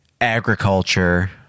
agriculture